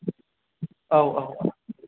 औ औ औ